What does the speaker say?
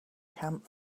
camp